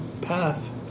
path